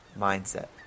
mindset